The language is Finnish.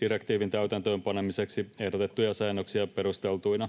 direktiivin täytäntöönpanemiseksi ehdotettuja säännöksiä perusteltuina.